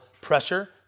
pressure